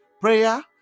Prayer